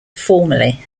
formally